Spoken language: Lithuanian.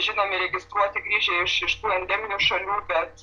žinomi registruoti grįžę iš iš tų endeminių šalių bet